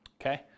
Okay